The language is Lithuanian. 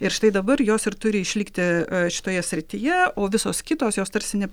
ir štai dabar jos ir turi išlikti šitoje srityje o visos kitos jos tarsi ne